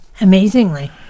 amazingly